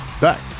back